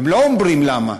הם לא אומרים למה.